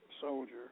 soldier